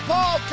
Paul